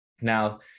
Now